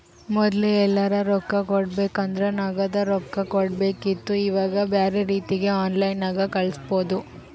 ಮೊದ್ಲು ಎಲ್ಯರಾ ರೊಕ್ಕ ಕೊಡಬೇಕಂದ್ರ ನಗದಿ ರೊಕ್ಕ ಕೊಡಬೇಕಿತ್ತು ಈವಾಗ ಬ್ಯೆರೆ ರೀತಿಗ ಆನ್ಲೈನ್ಯಾಗ ಕಳಿಸ್ಪೊದು